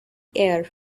air